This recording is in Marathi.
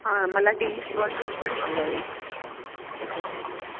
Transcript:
हां मला डिशवॉशर पण हवं आहे तर